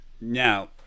Now